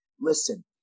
listen